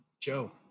joe